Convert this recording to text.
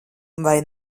vai